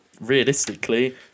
realistically